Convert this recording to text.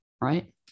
Right